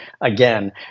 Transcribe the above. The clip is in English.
Again